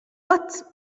but